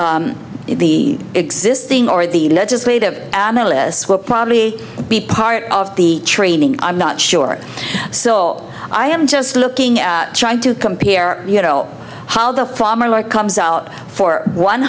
the existing or the legislative analysts will probably be part of the training i'm not sure so i am just looking at trying to compare you know how the former lie comes out for one